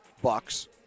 Bucks